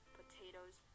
potatoes